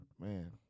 Man